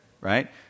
Right